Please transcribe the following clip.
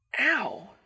Ow